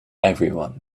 everyone